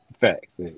Facts